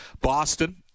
Boston